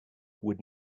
would